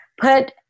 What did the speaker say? put